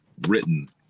written